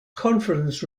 conference